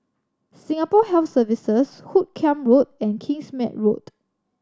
Singapore Health Services Hoot Kiam Road and Kingsmead Road